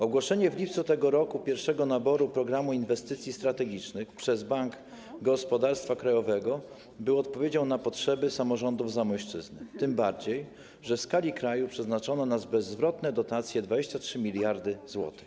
Ogłoszenie w lipcu tego roku pierwszego naboru w ramach Programu Inwestycji Strategicznych przez Bank Gospodarstwa Krajowego był odpowiedzią na potrzeby samorządów Zamojszczyzny, tym bardziej że w skali kraju przeznaczono na bezzwrotne dotacje 23 mld zł.